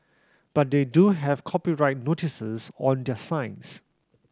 but they do have copyright notices on their sites